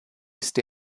ist